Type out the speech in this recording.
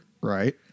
Right